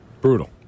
Brutal